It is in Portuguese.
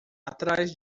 atrás